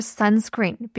sunscreen